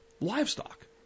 livestock